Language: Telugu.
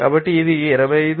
కాబట్టి ఇది 25